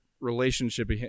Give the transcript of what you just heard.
relationship